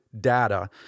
data